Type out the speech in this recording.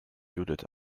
judith